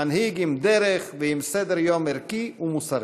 מנהיג עם דרך ועם סדר-יום ערכי ומוסרי.